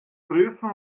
prüfen